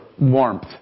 Warmth